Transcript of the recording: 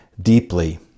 deeply